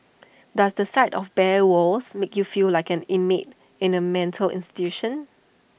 does the sight of bare walls make you feel like an inmate in A mental institution